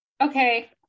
okay